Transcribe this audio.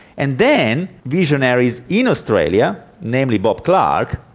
and then visionaries in australia, namely bob clark,